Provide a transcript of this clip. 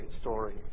story